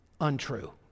untrue